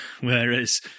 Whereas